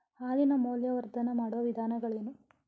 ಹಾಲಿನ ಮೌಲ್ಯವರ್ಧನೆ ಮಾಡುವ ವಿಧಾನಗಳೇನು?